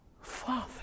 father